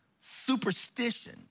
superstition